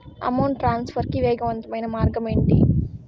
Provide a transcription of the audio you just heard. amount transfer కి వేగవంతమైన మార్గం ఏంటి